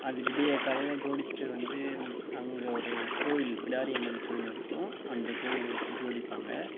அது விடியற் காலையிலே ஜோடிச்சுட்டு வந்து அங்கே ஒரு கோயில் பிடாரி அம்மன் கோயிலெனு இருக்கும் அந்த கோயிலில் வச்சு ஜோடிப்பாங்க